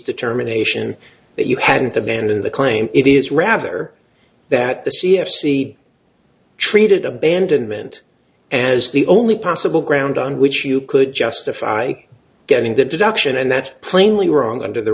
determination that you hadn't abandoned the claim it is rather that the c f c treated abandonment as the only possible ground on which you could justify getting that deduction and that plainly wrong under the